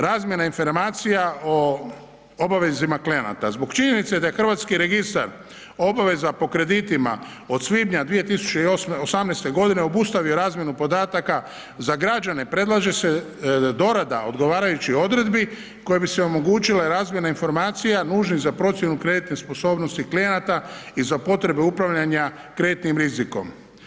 Razmjena informacija o obavezama klijenata zbog činjenice da je hrvatski registar obavezan po kreditima od svibnja 2018. g. obustavio razmjenu podataka za građane, predlaže se dorada odgovarajućih odredbi koje bi se omogućile razmjena informacija nužnih za procjenu kreditne sposobnosti klijenata i za potrebe upravljanja kreditnim rizikom.